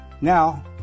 Now